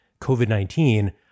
COVID-19